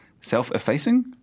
Self-effacing